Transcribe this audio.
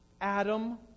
Adam